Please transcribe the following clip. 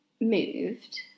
moved